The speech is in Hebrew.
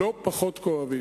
לא פחות כואבים.